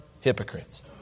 hypocrites